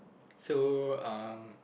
so um